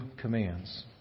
commands